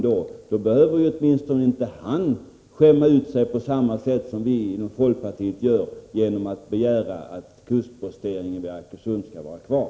Då behöver åtminstone inte han skämma ut sig på samma sätt som Egon Jacobsson menar att vi inom folkpartiet gör genom att begära att kustposteringen vid Arkösund skall vara kvar.